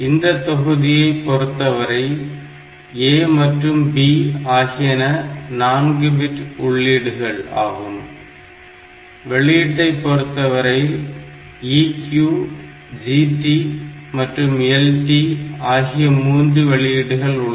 இந்த தொகுதியை பொறுத்தவரை A மற்றும் B ஆகியன 4 பிட் உள்ளீடுகள் ஆகும் வெளியீட்டை பொறுத்தவரை EQ GT மற்றும் LT ஆகிய மூன்று வெளியீடுகள் உள்ளன